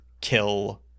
kill